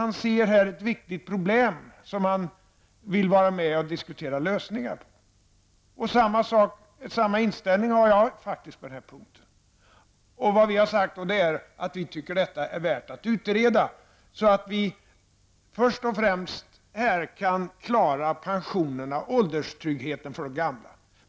Han ser ett viktigt problem och vill vara med att diskutera lösningar på det. På den här punkten har jag samma inställning. Det regeringen har sagt är att vi anser att detta är värt att utreda så att vi först och främst kan klara pensionerna, ålderstryggheten, för de gamla.